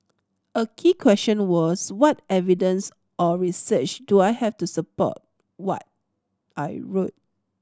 a key question was what evidence or research do I have to support what I wrote